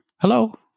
Hello